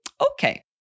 Okay